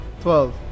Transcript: Twelve